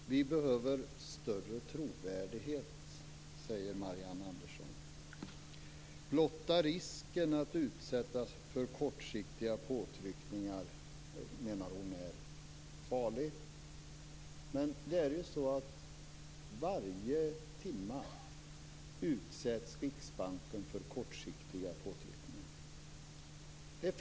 Fru talman! Vi behöver större trovärdighet, säger Marianne Andersson. Blotta risken att utsättas för kortsiktiga påtryckningar menar hon är farlig. Men varje timme utsätts Riksbanken för kortsiktiga påtryckningar.